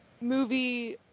movie